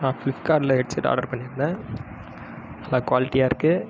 நான் ஃப்ளிப்கார்ட்டில் headset order பண்ணியிருந்தேன் நல்லா குவாலிட்டியாக இருக்குது